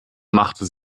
machte